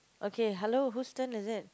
okay hello who's turn is it